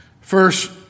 First